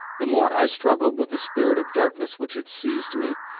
the more i struggled with the spirit of darkness which had seized me,